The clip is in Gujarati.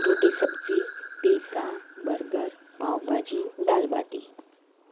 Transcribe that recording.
રોટી સબ્જી પીઝા બર્ગર પાઉં ભાજી દાલબાટી